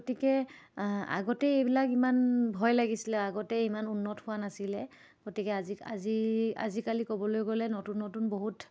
গতিকে আগতে এইবিলাক ইমান ভয় লাগিছিলে আগতে ইমান উন্নত হোৱা নাছিলে গতিকে আজি আজি আজিকালি ক'বলৈ গ'লে নতুন নতুন বহুত